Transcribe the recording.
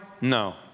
No